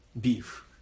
Beef